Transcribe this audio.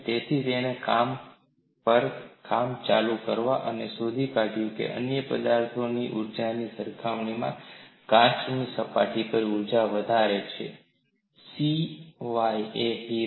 તેથી તેણે કાચ પર કામ કર્યું અને તમે શોધી કાઢ્યું કે અન્ય પદાર્થ ઊર્જાની સરખામણીએ કાચની સપાટી પર ઊર્જા વધારે છે સિy કે હીરા